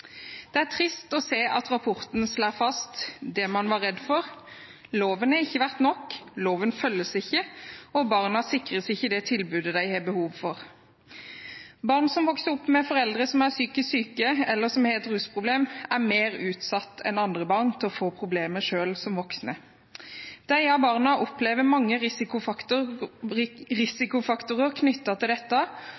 Det er trist å se at rapporten slår fast det man var redd for – loven har ikke vært nok, loven følges ikke, og barna sikres ikke det tilbudet de har behov for. Barn som vokser opp med foreldre som er psykisk syke, eller som har et rusproblem, er mer utsatt enn andre barn for å få problemer selv som voksne. Disse barna opplever mange risikofaktorer knyttet til dette,